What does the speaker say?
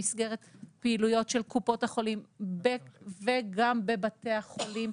במסגרת פעילויות של קופות החולים וגם בבתי החולים,